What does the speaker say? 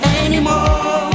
anymore